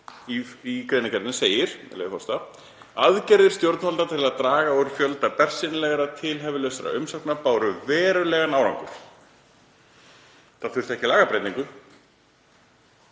leyfi forseta: „Aðgerðir stjórnvalda til að draga úr fjölda bersýnilega tilhæfulausra umsókna báru verulegan árangur.“ Það þurfti ekki lagabreytingu.